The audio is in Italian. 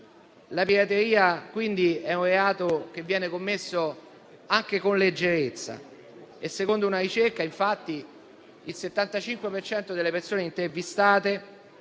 La pirateria è quindi un reato che viene commesso anche con leggerezza. Secondo una ricerca, infatti, il 75 per cento delle persone intervistate,